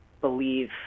believe